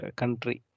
country